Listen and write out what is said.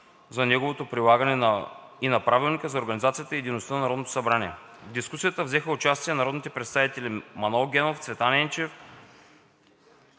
за неговото прилагане и на Правилника за организацията и дейността на Народното събрание. В дискусията взеха участие народните представители Манол Генов, Цветан Енчев,